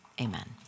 Amen